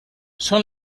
són